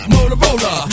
Motorola